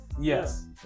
Yes